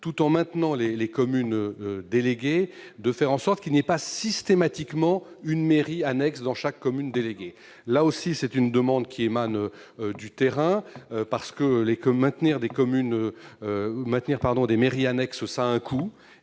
tout en maintenant les communes déléguées, de faire en sorte qu'il n'y ait pas systématiquement une mairie annexe dans chaque commune déléguée. Là aussi, c'est une demande qui émane du terrain. En effet, le maintien de mairies annexe a un coût-